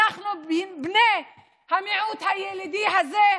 אנחנו בני המיעוט הילידי הזה,